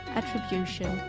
attribution